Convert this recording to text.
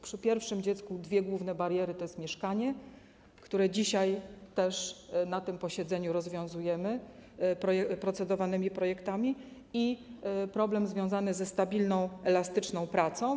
Przy pierwszym dziecku dwie główne bariery to: mieszkanie - tę kwestię też dzisiaj na tym posiedzeniu rozwiązujemy procedowanymi projektami - i problem związany ze stabilną, elastyczną pracą.